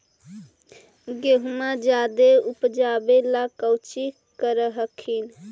गेहुमा जायदे उपजाबे ला कौची कर हखिन?